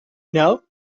know